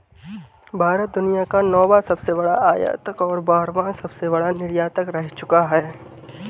भारत दुनिया का नौवां सबसे बड़ा आयातक और बारहवां सबसे बड़ा निर्यातक रह चूका है